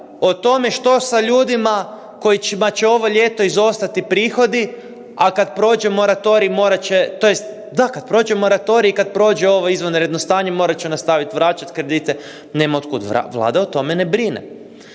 o tome što sa ljudima kojima će ovo ljeto izostati prihodi, a kad prođe moratorij morat će, tj. da, kad prođe moratorij i kad prođe ovo izvanredno stanje, morat će nastaviti vraćati kredita, nema od kud. Vlada o tome ne brine.